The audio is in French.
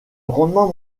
rendement